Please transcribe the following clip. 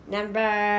Number